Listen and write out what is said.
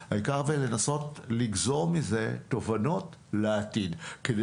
העיקר לנסות לגזור מזה תובנות לעתיד כדי